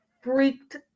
freaked